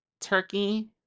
turkey